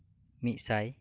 ᱢᱤᱫᱽᱥᱟᱭ